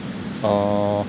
orh